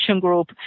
group